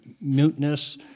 muteness